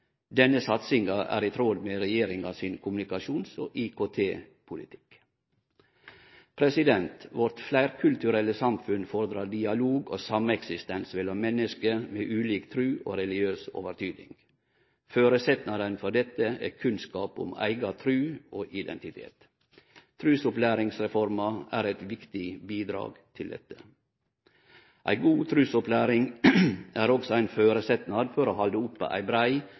Denne satsinga er i tråd med regjeringa sin kommunikasjons- og IKT-politikk. Vårt fleirkulturelle samfunn fordrar dialog og sameksistens mellom menneske med ulik tru og religiøs overtyding. Føresetnaden for dette er kunnskap om eiga tru og identitet. Trusopplæringsreforma er eit viktig bidrag til dette. Ei god trusopplæring er også ein føresetnad for å halde oppe ei brei,